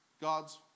God's